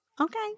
Okay